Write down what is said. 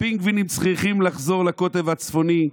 הפינגווינים צריכים לחזור לקוטב הצפוני,